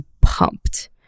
pumped